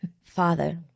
father